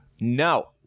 no